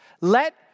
Let